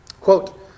quote